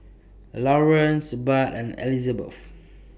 Laureen's Budd and Elizabeth